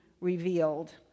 revealed